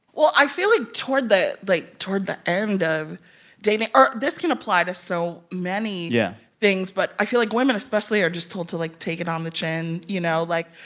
well, i feel like toward the like, toward the end of dating or this can apply to so many yeah things, but i feel like women especially are just told to, like, take it on the chin. you know, like,